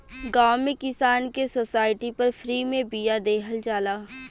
गांव में किसान के सोसाइटी पर फ्री में बिया देहल जाला